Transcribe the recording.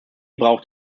braucht